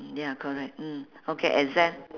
mm ya correct mm okay exam